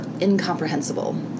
incomprehensible